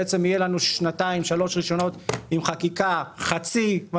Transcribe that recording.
בעצם יהיה לנו שנתיים שלוש ראשונות עם חקיקה חצי מה